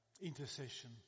intercession